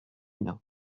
bien